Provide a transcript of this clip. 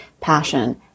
passion